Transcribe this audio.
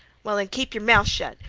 well, then, keep yer mouth shet.